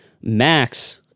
Max